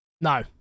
No